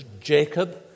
Jacob